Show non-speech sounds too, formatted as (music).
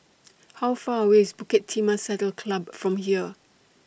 (noise) How Far away IS Bukit Timah Saddle Club from here